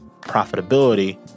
profitability